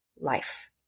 life